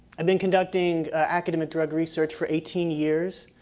i've been conducting academic drug research for eighteen years,